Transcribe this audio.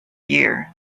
year